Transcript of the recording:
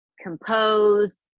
compose